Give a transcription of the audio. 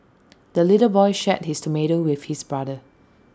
the little boy shared his tomato with his brother